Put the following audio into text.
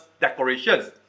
decorations